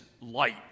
light